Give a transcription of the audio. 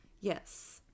Yes